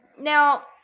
Now